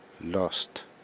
lost